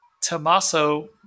Tommaso